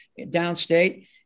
downstate